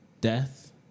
death